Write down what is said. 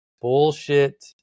bullshit